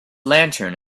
lantern